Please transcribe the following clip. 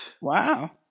Wow